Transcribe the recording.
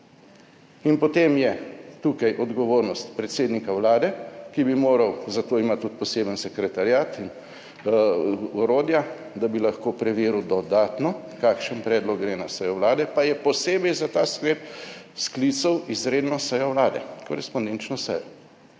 In potem je tukaj odgovornost predsednika Vlade, ki bi moral, za to ima tudi poseben sekretariat in orodja, da bi lahko preveril dodatno, kakšen predlog gre na sejo Vlade, pa je posebej za ta sklep sklical izredno sejo Vlade, korespondenčno sejo